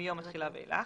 מיום התחילה ואילך,